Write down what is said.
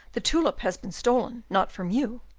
the tulip has been stolen, not from you,